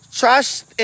trust